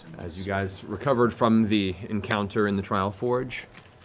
as you guys recovered from the encounter in the trial forge,